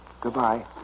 Goodbye